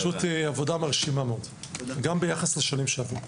פשוט עבודה מרשימה מאוד, גם ביחס לשנים שעברו.